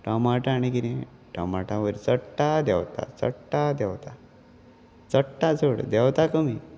टमाटा आनी कितें टमाटा वयर चडटा देंवता चडटा देंवता चटटा चड देंवता कमी